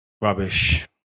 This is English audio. Rubbish